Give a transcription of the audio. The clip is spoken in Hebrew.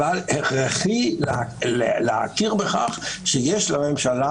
אבל הכרחי להכיר בכך שיש לממשלה